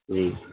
جی